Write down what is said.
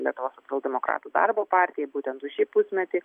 lietuvos demokratų darbo partijai būtent už šį pusmetį